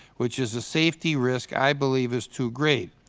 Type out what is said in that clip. which is a safety risk i believe is too great,